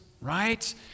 right